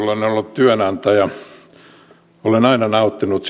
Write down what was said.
ollut työnantaja olen aina nauttinut